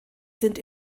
sind